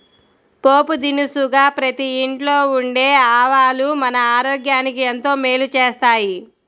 పోపు దినుసుగా ప్రతి ఇంట్లో ఉండే ఆవాలు మన ఆరోగ్యానికి ఎంతో మేలు చేస్తాయి